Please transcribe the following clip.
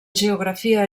geografia